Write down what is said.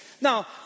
Now